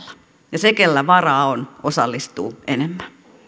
ja se kenellä varaa on osallistuu enemmän